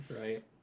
right